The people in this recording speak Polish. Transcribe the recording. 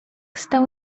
stał